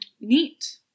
Neat